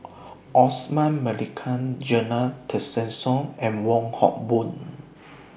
Osman Merican Zena Tessensohn and Wong Hock Boon